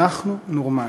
אנחנו נורמליים.